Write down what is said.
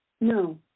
No